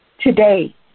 Today